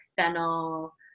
fennel